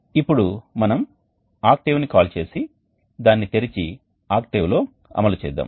ఇప్పుడు మనం ఆక్టేవ్ను కాల్ చేసి దాన్ని తెరిచి ఆక్టేవ్లో అమలు చేద్దాం